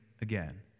again